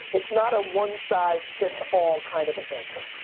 it's not a one size fits all kind of answer.